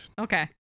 Okay